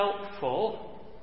helpful